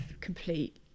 complete